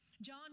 John